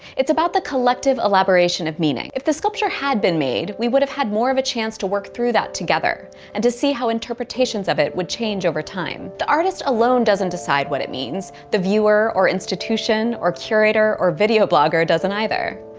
it's about the collective elaboration of meaning. if the sculpture had been made, we would have had more of a chance to work through that together and to see how interpretations of it would change over time. the artist alone doesn't decide what it means. the viewer, or institution, or curator, or video blogger doesn't either.